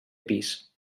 pis